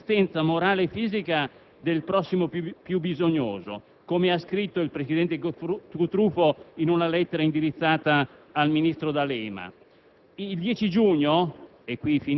«al servizio e per l'assistenza morale e fisica del prossimo più bisognoso», come ha scritto il presidente Cutrufo in una lettera indirizzata al ministro D'Alema.